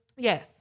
Yes